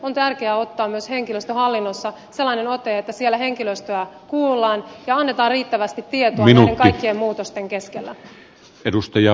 on tärkeää ottaa myös henkilöstöhallinnossa sellainen ote että siellä henkilöstöä kuullaan ja annetaan riittävästi tietoa näiden kaikkien muutosten keskellä